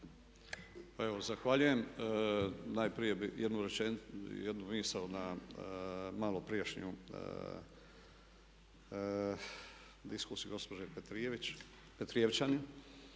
Pa evo zahvaljujem, najprije bih jednu misao na malo prijašnju diskusiju gospođe Petrijevčanin.